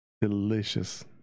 delicious